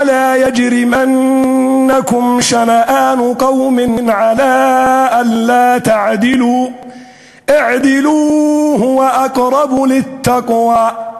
"ולא יג'רמנכם שנאאן קום עלא אלא תעדלו אעדלו הוו אקרב ללתקווא".